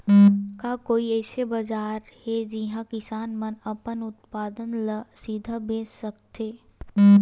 का कोई अइसे बाजार हे जिहां किसान मन अपन उत्पादन ला सीधा बेच सकथे?